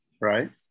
right